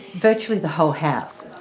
virtually the whole house.